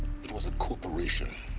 it was a corporation.